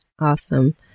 Awesome